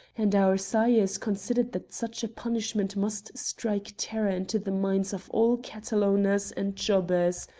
and our sires considered that such a punishment must strike terror into the minds of all cattle-owners and jobbers,